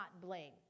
blame